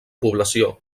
població